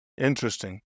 Interesting